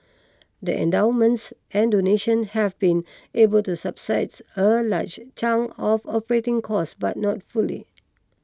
the endowments and donations have been able to subsides a large chunk of operating costs but not fully